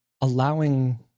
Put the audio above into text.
allowing